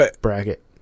bracket